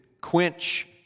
quench